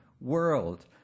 world